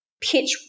pitch